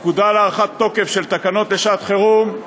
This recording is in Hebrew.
פקודה להארכת תוקף של תקנות לשעת-חירום,